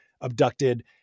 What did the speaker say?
abducted